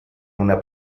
una